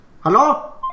Hello